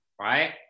Right